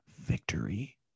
Victory